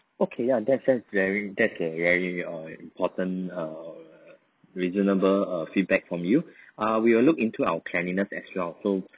okay ya that sense very that's a very uh important err reasonable uh feedback from you ah we will look into our cleanliness as well so